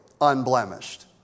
unblemished